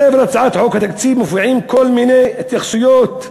בספר הצעת חוק התקציב מופיעות כל מיני התייחסויות.